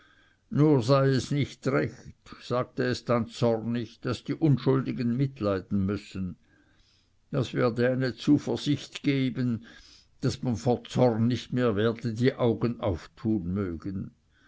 nur sei es nicht recht sagte es zornig daß die unschuldigen mitleiden müssen das werde eine zuversicht geben daß man vor zorn nicht mehr werde die augen auftun mögen